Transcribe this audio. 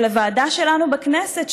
ולוועדה שלנו בכנסת,